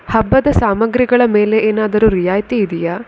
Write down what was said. ಹಬ್ಬದ ಸಾಮಗ್ರಿಗಳ ಮೇಲೆ ಏನಾದರೂ ರಿಯಾಯಿತಿ ಇದೆಯೇ